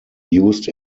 used